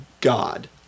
god